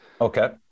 Okay